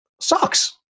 sucks